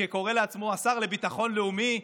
שקורא לעצמו השר לביטחון לאומי,